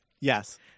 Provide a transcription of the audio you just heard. Yes